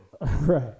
Right